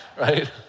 Right